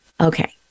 Okay